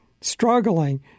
struggling